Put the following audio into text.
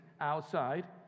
outside